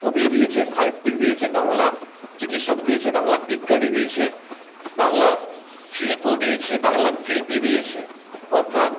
কবি দিয়েছে সাহিত্যিক দিয়েছে বাংলা চিকিৎসক দিয়েছে বাংলা বিজ্ঞানী দিয়েছে বাংলা শিল্প দিয়েছে বাংলা শিল্পী দিয়েছে অর্থাৎ